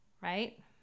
Right